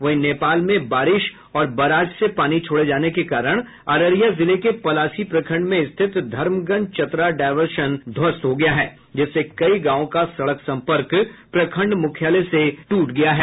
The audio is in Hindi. वहीं नेपाल में बारिश और बराज से पानी छोड़े जाने के कारण अररिया जिले के पलासी प्रखंड में स्थित धर्मगंज चतरा डायवर्सन ध्वस्त हो गया जिससे कई गांवों का सड़क संपर्क प्रखंड मुख्यालय से टूट गया है